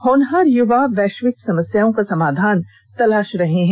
होनहार युवा वैश्विक समस्याओं का समाधान तलाश रहे हैं